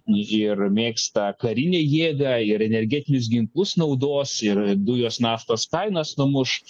ir mėgsta karinę jėgą ir energetinius ginklus naudos yra dujos naftos kainos numuš